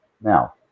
Now